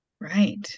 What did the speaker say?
Right